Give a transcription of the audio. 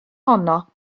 honno